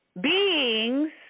beings